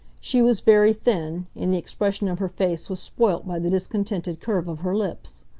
she was very thin, and the expression of her face was spoilt by the discontented curve of her lips.